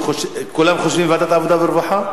כולם חושבים ועדת העבודה והרווחה?